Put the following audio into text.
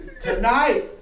Tonight